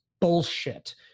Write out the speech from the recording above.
bullshit